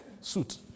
suit